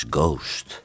Ghost